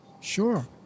Sure